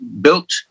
built